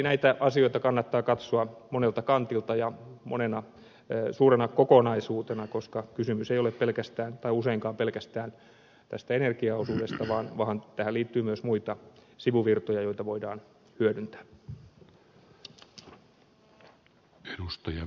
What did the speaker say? näitä asioita kannattaa katsoa monelta kantilta ja monena suurena kokonaisuutena koska kysymys ei ole useinkaan pelkästään tästä energiaosuudesta vaan tähän liittyy myös muita sivuvirtoja joita voidaan hyödyntää